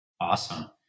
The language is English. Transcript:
Awesome